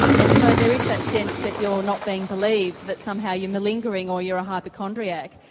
and so there is that sense that you're not being believed, that somehow you're malingering or you're a hypochondriac.